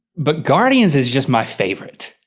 but guardians is just my favorite.